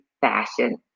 fashion